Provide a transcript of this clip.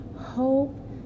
hope